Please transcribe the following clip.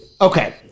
Okay